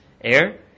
air